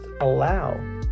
allow